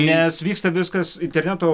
nes vyksta viskas interneto